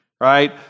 right